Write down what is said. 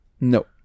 No